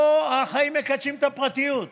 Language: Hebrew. או החיים מקדשים את הפרטיות?